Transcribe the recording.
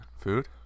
food